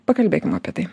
pakalbėkim apie tai